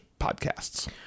podcasts